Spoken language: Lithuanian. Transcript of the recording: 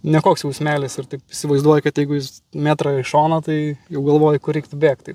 nekoks jau smėlis ir taip įsivaizduoji kad jeigu jis metrą į šoną tai jau galvoji kur reiktų bėgt